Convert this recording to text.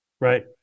Right